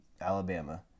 Alabama